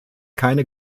keine